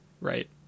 right